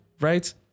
Right